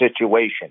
situation